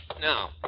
Now